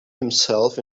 himself